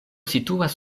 situas